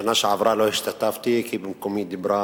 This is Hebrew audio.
בשנה שעברה לא השתתפתי, כי במקומי דיברה